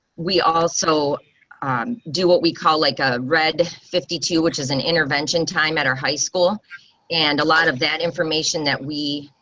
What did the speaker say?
we also do what we call like a red fifty two which is an intervention time at our high school and a lot of that information that we